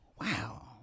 Wow